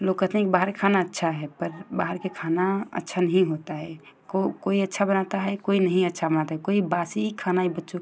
लोग कहते हैं कि बाहर का खाना अच्छा है पर बाहर का खाना अच्छा नहीं होता है को कोई अच्छा बनाता है कोई नहीं अच्छा बनाता है कोई बासी ही खाना बच्चों